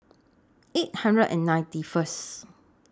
eight hundred and ninety First